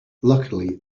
luckily